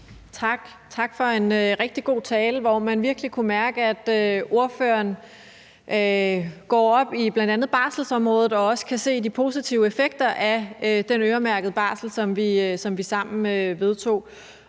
tak for en rigtig god tale, hvor man virkelig kunne mærke, at ordføreren går op i bl.a. barselsområdet og også kan se de positive effekter af den øremærkede barsel, som vi sammen vedtog.